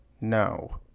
No